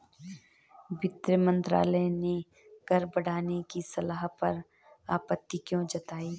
वित्त मंत्रालय ने कर बढ़ाने की सलाह पर आपत्ति क्यों जताई?